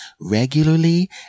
regularly